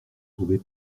trouvez